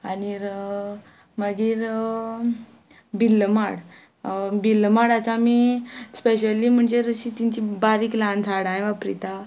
मागीर बिल्लमाड बिल्लमाडाचो आमी स्पेशली म्हणजे अशी तिची बारीक ल्हान झाडांय वापरिता